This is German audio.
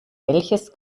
welches